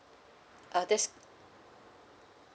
uh there's